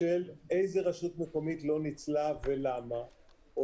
של איזו רשות מקומית לא ניצלה ולמה או